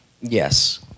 yes